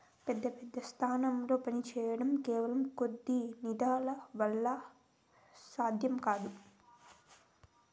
పెద్ద పెద్ద స్థాయిల్లో పనిచేయడం కేవలం కొద్ది నిధుల వల్ల సాధ్యం కాదు